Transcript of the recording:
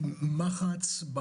מח"ץ.